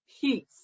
peace